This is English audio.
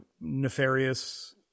nefarious